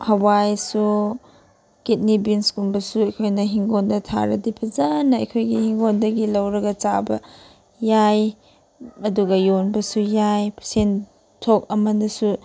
ꯍꯋꯥꯏꯁꯨ ꯀꯤꯠꯅꯤ ꯕꯤꯟꯁꯀꯨꯝꯕꯁꯨ ꯑꯩꯈꯣꯏꯅ ꯍꯤꯡꯒꯣꯟꯗ ꯊꯥꯔꯗꯤ ꯐꯖꯅ ꯑꯩꯈꯣꯏꯒꯤ ꯍꯤꯡꯒꯣꯟꯗꯒꯤ ꯂꯧꯔꯒ ꯆꯥꯕ ꯌꯥꯏ ꯑꯗꯨꯒ ꯌꯣꯟꯕꯁꯨ ꯌꯥꯏ ꯁꯦꯟꯊꯣꯛ ꯑꯃꯅꯁꯨ